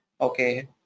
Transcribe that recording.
okay